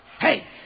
Hey